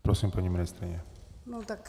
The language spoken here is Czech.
Prosím, paní ministryně.